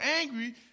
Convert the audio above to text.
angry